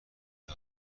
کجا